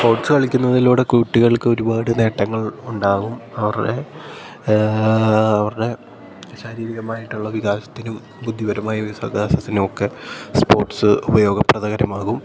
sports കളിക്കുന്നതിലൂടെ കുട്ടികൾക്ക് ഒരുപാട് നേട്ടങ്ങൾ ഉണ്ടാകും അവരുടെ അവരുടെ ശാരീരികമായിട്ടുള്ള വികാസത്തിനും ബുദ്ധിപരമായ ഒക്കെ സ്പോർട്സ് ഉപയോഗപ്രദമാകും